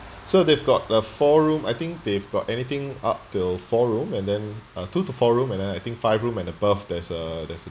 so they've got a four-room I think they've got anything up till four-room and then uh two to four-room and I think five-room and above there's uh there's